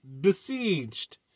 Besieged